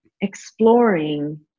exploring